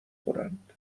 کنند